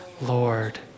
Lord